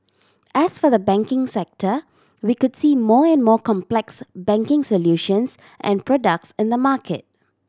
as for the banking sector we could see more and more complex banking solutions and products in the market